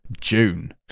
June